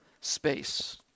space